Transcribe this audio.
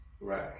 Right